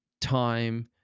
time